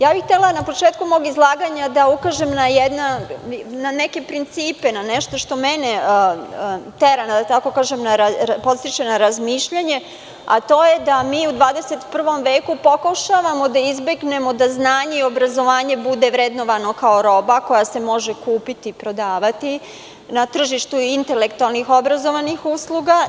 Na početku mog izlaganja bih želela da ukažem na neke principe, na nešto što mene podstiče na razmišljanje, a to je da mi u 21. veku pokušavamo da izbegnemo da znanje i obrazovanje bude vrednovano kao roba koja se može kupiti, prodavati na tržištu intelektualno-obrazovnih usluga.